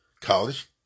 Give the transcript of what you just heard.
college